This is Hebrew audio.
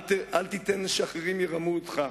אל תיתן שאחרים ירמו אותך,